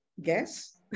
guess